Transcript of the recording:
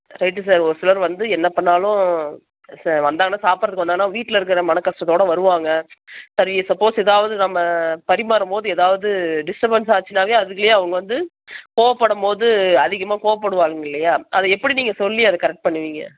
right sir ஒரு சிலர் வந்து என்ன பண்ணாலும் சார் வந்தாங்கனா சாப்பிட்றதுக்கு வந்தாங்கனா வீட்டில் இருக்கிற மனக்கஷ்டத்தோடு வருவாங்க சரி சப்போஸ் ஏதாவது நம்ம பரிமாறும் போது ஏதாவது டிஸ்டபன்ஸ் ஆச்சுனாலே அதுலேயே அவங்க வந்து கோவப்படும் போது அதிகமாக கோவப்படுவாங்க இல்லையா அதை எப்படி நீங்கள் சொல்லி அது கரெக்ட் பண்ணுவிங்க